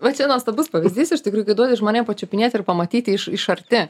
va čia nuostabus pavyzdys iš tikrųjų kai duodi žmonėm pačiupinėti ir pamatyti iš iš arti